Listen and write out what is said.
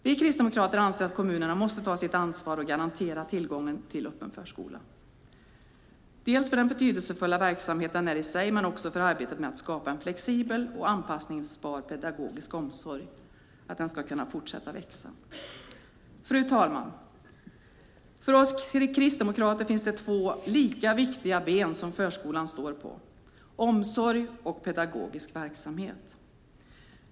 Vi kristdemokrater anser att kommunerna måste ta sitt ansvar och garantera tillgången till en öppen förskola - dels för den betydelsefulla verksamhet den är i sig men också för att arbetet med att skapa en flexibel och anpassningsbar pedagogisk omsorg ska kunna fortsätta att växa. Fru talman! För oss kristdemokrater finns det två lika viktiga ben som förskolan står på: omsorg och pedagogisk verksamhet.